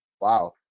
Wow